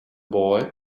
boy